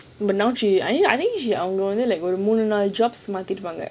but now she I think she அவங்க வந்து ஒரு மூணு நாலு:awanga wanthu oru moonu naalu jobs மாத்திருக்காங்க:maathirukaanga